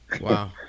wow